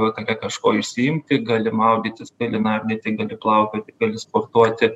vakare kažko išsiimti gali maudytis gali nardyti gali plaukioti gali sportuoti